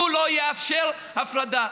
הוא לא יאפשר הפרדה.